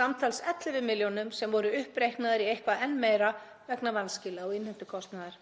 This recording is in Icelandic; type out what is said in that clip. samtals 11 milljónum sem voru uppreiknaðar í eitthvað enn meira vegna vanskila og innheimtukostnaðar.